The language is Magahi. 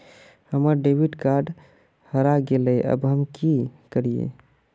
हमर डेबिट कार्ड हरा गेले अब हम की करिये?